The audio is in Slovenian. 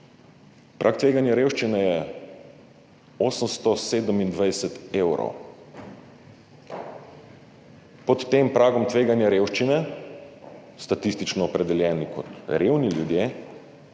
prag tveganja revščine je 827 evrov. Pod tem pragom tveganja revščine, statistično opredeljeni kot revni ljudje,